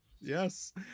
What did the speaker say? yes